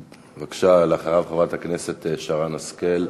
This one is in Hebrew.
אחריו, חברת הכנסת שרן השכל.